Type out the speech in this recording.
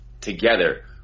together